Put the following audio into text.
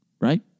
right